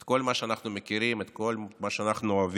את כל מה שאנחנו מכירים, את כל מה שאנחנו אוהבים.